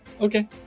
Okay